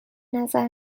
نظر